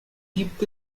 gibt